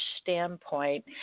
standpoint